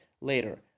later